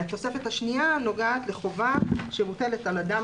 התוספת השנייה נוגעת לחובה שמוטלת על אדם